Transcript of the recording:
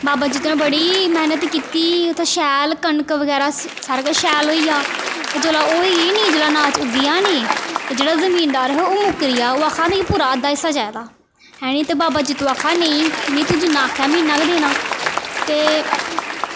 बावा जित्तो ने बड़ी मैह्नत कीती उत्थें शैल कनक बगैरा सारा किश शैल होई गेआ ते जेल्लै ओह् होई गेई नी जेल्लै अनाज उग्गेआ नी ते जेह्ड़ा जिमींदार हा ओह् मुक्करी गेआ ओह् आक्खा दा हा कि मिगी पूरा अद्धा हिस्सा चाहिदा है नी ते बावा जित्तो आक्खा नेईं तू मिगी जिन्ना आखेआ मीं इन्ना गै देना ते